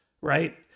right